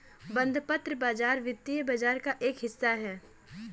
बंधपत्र बाज़ार वित्तीय बाज़ार का एक हिस्सा है